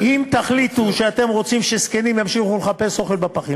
ואם הייתי בצד השני הייתי מדבר כמוכם.